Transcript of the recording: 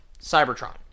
Cybertron